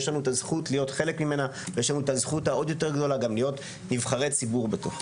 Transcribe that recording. אנחנו יושבי ראש הוועדות נפגשנו עם השרה ועם המנכ"לית לפני שבוע,